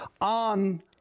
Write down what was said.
on